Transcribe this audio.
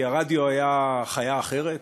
כי הרדיו היה חיה אחרת,